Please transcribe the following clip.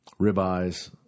ribeyes